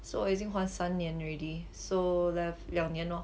so 已经还三年 already so left 两年 lor